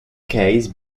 case